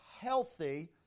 healthy